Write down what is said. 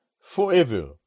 forever